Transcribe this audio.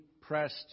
pressed